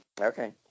Okay